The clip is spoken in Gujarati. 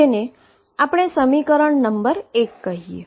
જેને આપણે સમીકરણ નંબર ૧ કહીએ